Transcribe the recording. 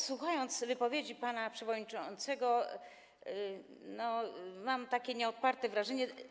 Słuchając wypowiedzi pana przewodniczącego, mam takie nieodparte wrażenie.